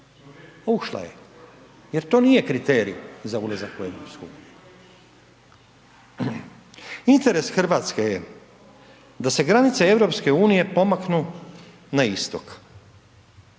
Ušla je jer to nije kriterij za ulazak u Europsku uniju. Interes Hrvatske je da se granice Europske unije pomaknu na istok,